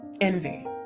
envy